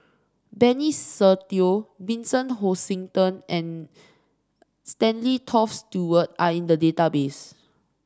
Benny Se Teo Vincent Hoisington and Stanley Toft Stewart are in the database